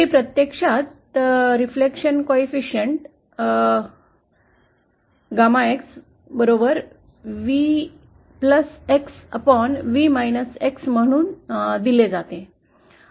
हे प्रत्यक्षात प्रतिबिंब गुणांक V upon V म्हणून दिले जाते